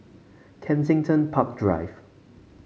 Kensington Park Drive